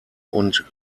und